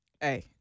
Hey